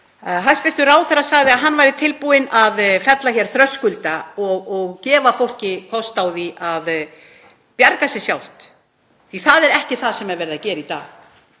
Hæstv. ráðherra sagði að hann væri tilbúinn að fella þröskulda og gefa fólki kost á því að bjarga sér sjálft en það er ekki það sem er verið að gera í dag.